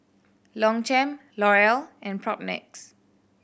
Longchamp L'Oreal and Propnex